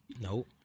Nope